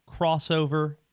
crossover